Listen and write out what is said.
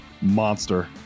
monster